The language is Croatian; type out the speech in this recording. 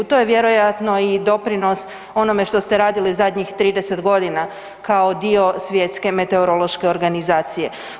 To je vjerojatno i doprinos onome što ste radili zadnjih 30 godina kao dio Svjetske meteorološke organizacije.